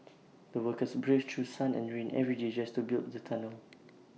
the workers braved through sun and rain every day just to build the tunnel